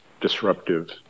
disruptive